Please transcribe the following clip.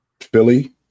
Philly